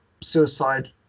Suicide